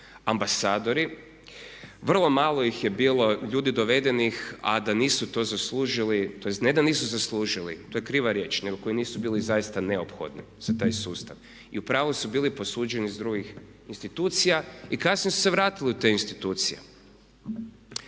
ambasadori, vrlo malo ih je bilo, ljudi dovedenih a da nisu to zaslužili, tj. ne da nisu zaslužili to je kriva riječ, nego koji nisu bili zaista neophodni za taj sustav i u pravu su bili posuđeni iz drugih institucija i kasnije su se vratili u te institucije.